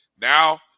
now